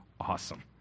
awesome